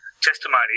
testimony